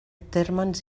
térmens